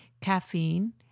caffeine